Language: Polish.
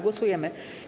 Głosujemy.